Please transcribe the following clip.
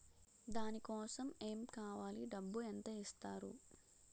దాని కోసం ఎమ్ కావాలి డబ్బు ఎంత ఇస్తారు?